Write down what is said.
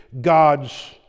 God's